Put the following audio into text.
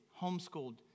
homeschooled